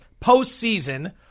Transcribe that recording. postseason